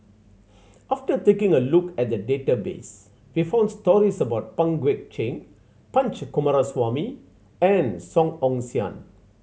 after taking a look at the database we found stories about Pang Guek Cheng Punch Coomaraswamy and Song Ong Siang